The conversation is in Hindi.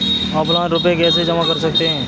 ऑफलाइन रुपये कैसे जमा कर सकते हैं?